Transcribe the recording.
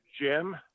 Jim